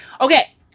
Okay